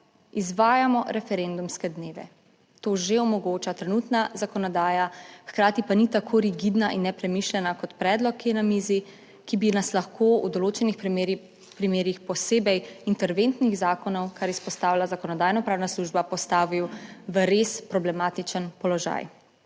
izvajamo referendumske dneve, to že omogoča trenutna zakonodaja, hkrati pa ni tako rigidna in nepremišljena kot predlog, ki je na mizi, ki bi nas lahko v določenih primerih posebej interventnih zakonov, kar izpostavlja zakonodajnopravna služba, postavil v res problematičen položaj.